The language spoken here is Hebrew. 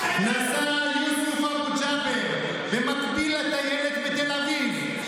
נסע יוסף אבו ג'אבר במקביל לטיילת בתל אביב,